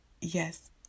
yes